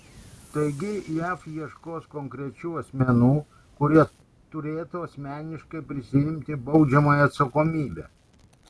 taigi jav ieškos konkrečių asmenų kurie turėtų asmeniškai prisiimti baudžiamąją atsakomybę